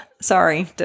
sorry